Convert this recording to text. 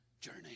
journey